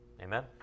Amen